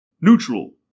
neutral